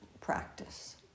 practice